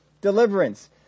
deliverance